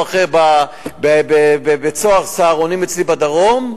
אחר בבית-סוהר "סהרונים" אצלי בדרום,